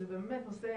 זה באמת נושא